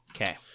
Okay